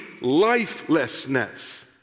lifelessness